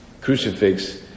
crucifix